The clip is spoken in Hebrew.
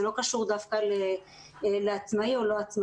זה לא קשור לעצמאי או לא עצמאי.